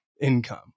income